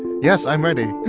yes, i'm ready